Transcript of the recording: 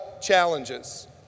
challenges